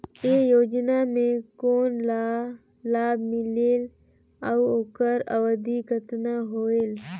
ये योजना मे कोन ला लाभ मिलेल और ओकर अवधी कतना होएल